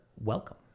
welcome